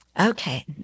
Okay